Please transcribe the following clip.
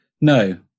No